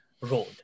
road